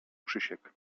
krzysiek